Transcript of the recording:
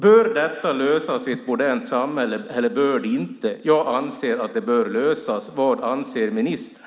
Bör detta lösas i ett modernt samhälle eller bör det inte? Jag anser att det bör lösas. Vad anser ministern?